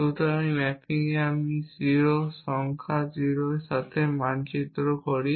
সুতরাং এই ম্যাপিংটি আমি 0 সংখ্যা 0 এর সাথে মানচিত্র করি